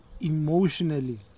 emotionally